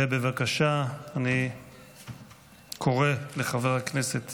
בבקשה, אני קורא לחבר הכנסת